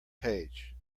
page